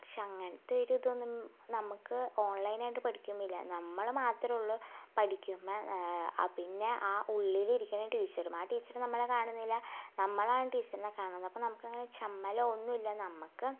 പക്ഷേ അങ്ങനത്തോരിതൊന്നും നമുക്ക് ഓൺലൈനായിട്ട് പഠിക്കുമ്പില്ല നമ്മൾ മാത്രേ ഉള്ളു പഠിക്കുമ്പോൾ ആ പിന്നെ ആ ഉള്ളിലിരിക്കണ ടീച്ചറും ആ ടീച്ചറ് നമ്മളെ കാണുന്നില്ല നമ്മളാണ് ടീച്ചറിനെ കാണുന്നത് അപ്പം നമുക്കങ്ങനെ ചമ്മലോ ഒന്നൂമില്ല നമുക്ക്